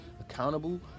accountable